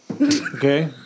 Okay